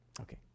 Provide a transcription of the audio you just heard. Okay